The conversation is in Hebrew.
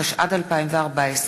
התשע"ד 2014,